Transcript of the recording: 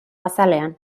azalean